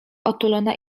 otulona